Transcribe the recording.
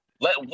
Let